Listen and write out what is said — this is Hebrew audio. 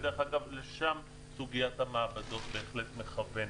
ודרך אגב, לשם סוגיית המעבדות בהחלט מכוונת.